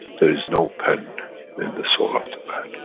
there is no pen in the soul of the man.